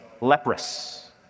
leprous